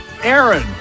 Aaron